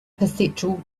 perceptual